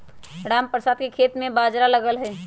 रामप्रसाद के खेत में बाजरा लगल हई